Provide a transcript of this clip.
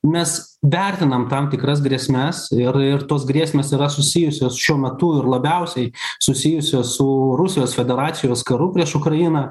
mes vertinam tam tikras grėsmes ir ir tos grėsmės yra susijusios šiuo metu labiausiai susijusios su rusijos federacijos karu prieš ukrainą